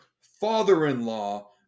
father-in-law